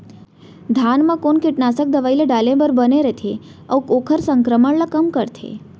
धान म कोन कीटनाशक दवई ल डाले बर बने रइथे, अऊ ओखर संक्रमण ल कम करथें?